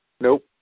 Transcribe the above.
Nope